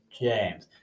James